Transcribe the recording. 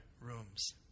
rooms